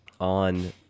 on